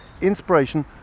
inspiration